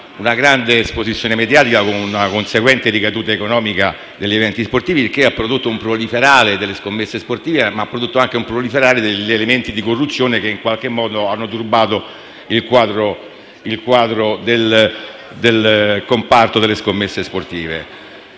una grande esposizione mediatica, con una conseguente ricaduta economica, degli eventi sportivi, che ha prodotto un proliferare delle scommesse sportive, ma anche degli elementi di corruzione, che hanno turbato il quadro del comparto delle scommesse sportive.